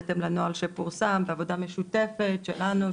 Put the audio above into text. בהתאם לנוהל שפורסם ובעבודה משותפת שלנו,